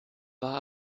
war